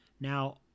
Now